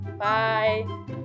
Bye